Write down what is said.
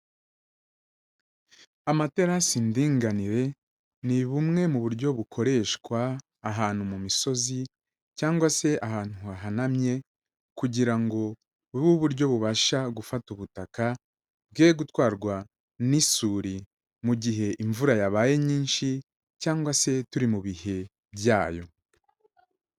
Amaterasi ndinganire, ni bumwe mu buryo bukoreshwa, ahantu mu misozi, cyangwa se ahantu hahanamye, kugira ngo bube uburyo bubasha gufata ubutaka, bwe gutwarwa n'isuri mu gihe imvura yabaye nyinshi, cyangwa se turi mu bihe byayo.